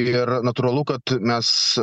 ir natūralu kad mes